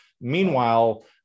Meanwhile